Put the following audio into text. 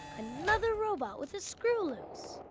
another robot with a screw loose.